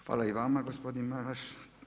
Hvala i vama gospodine Maras.